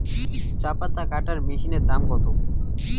চাপাতা কাটর মেশিনের দাম কত?